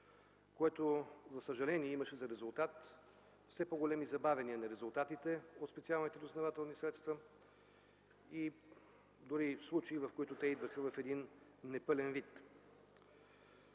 което за съжаление имаше като резултат все по-големи забавяния на резултатите от специалните разузнавателни средства, дори и случаи, в които те идваха в непълен вид.